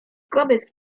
kobiet